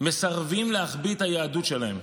מסרבים להחביא את היהדות שלהם.